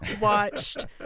watched